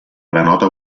granota